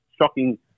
shocking